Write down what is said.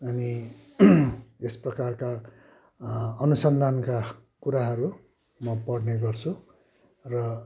अनि यस प्रकारका अनुसन्धानका कुराहरू म पढ्ने गर्छु र